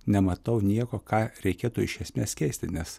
nematau nieko ką reikėtų iš esmės keisti nes